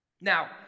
now